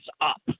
up